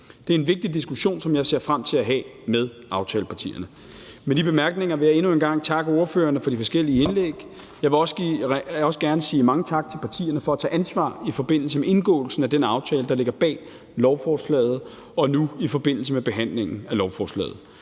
Det er en vigtig diskussion, som jeg ser frem til at have med aftalepartierne. Med de bemærkninger vil jeg endnu en gang takke ordførerne for de forskellige indlæg. Jeg vil også gerne sige mange tak til partierne for at tage ansvar i forbindelse med indgåelsen af den aftale, der ligger bag lovforslaget, og nu i forbindelse med behandlingen af lovforslaget.